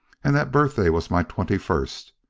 and that birthday was my twenty-first.